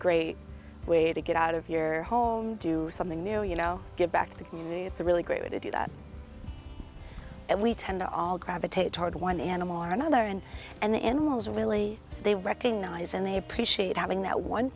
great way to get out of your home do something new you know get back to me it's a really great way to do that and we tend to all gravitate toward one animal or another and and the n one is really they recognize and they appreciate having that one